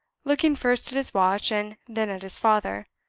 looking first at his watch, and then at his father.